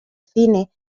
cine